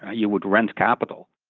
ah you would rent capital.